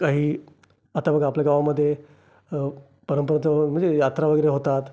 काही आता बघा आपल्या गावामध्ये परंपरांचा म्हणजे यात्रा वगैरे होतात